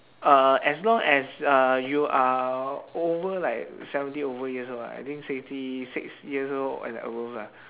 uh as long as uh you are over like seventy over years old right I think sixty six years old and above lah